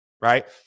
right